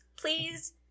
Please